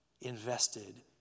invested